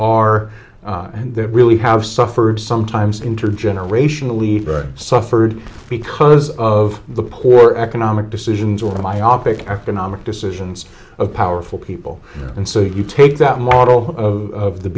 are and that really have suffered sometimes intergenerational leverage suffered because of the poor economic decisions or myopic after nomic decisions of powerful people and so you take that model of